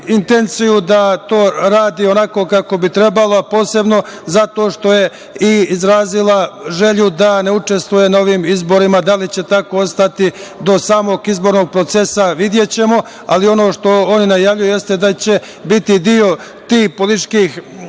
intenciju da to radi kako bi trebalo, a posebno zato što je izrazila želju da ne učestvuje na ovim izborima. Da li će tako ostati do samog izbornog procesa, videćemo, ali ono što oni najavljuju jeste da će biti deo tih političkih